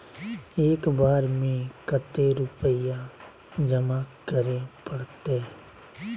एक बार में कते रुपया जमा करे परते?